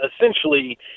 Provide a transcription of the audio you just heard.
essentially